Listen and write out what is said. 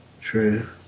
True